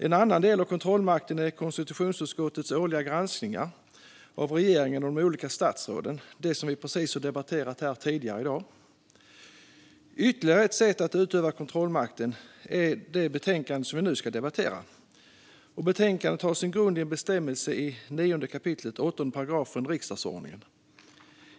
En annan del av kontrollmakten är konstitutionsutskottets årliga granskningar av regeringen och de olika statsråden, det vill säga det vi har debatterat här tidigare i dag. Ytterligare ett sätt att utöva kontrollmakten är det betänkande vi nu debatterar. Betänkandet har sin grund i en bestämmelse i 9 kap. 8 § riksdagsordningen.